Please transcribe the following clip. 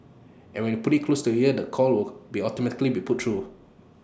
and when you put IT close to your ear the call will be automatically be put through